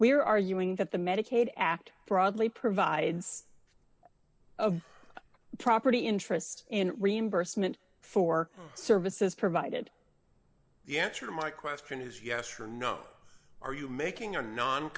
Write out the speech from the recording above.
we're arguing that the medicaid act broadly provides a property interest in reimbursement for services provided the answer my question is yes or no are you making a non